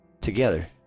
together